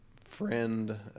friend